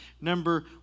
number